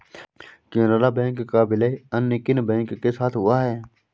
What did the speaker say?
Canara bank का विलय अन्य किन बैंक के साथ हुआ है?